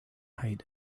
height